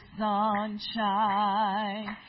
sunshine